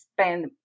spend